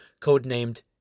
codenamed